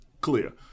clear